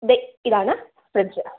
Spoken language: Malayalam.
ഇതാണ് ഫ്രിഡ്ജ്